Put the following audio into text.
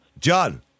John